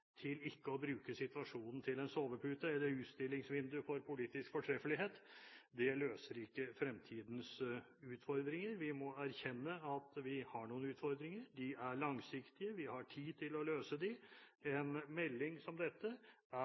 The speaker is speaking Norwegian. til ikke å bruke situasjonen til en sovepute eller til et utstillingsvindu for politisk fortreffelighet. Det løser ikke fremtidens utfordringer. Vi må erkjenne at vi har noen utfordringer; de er langsiktige, vi har tid til å løse dem. En melding som dette er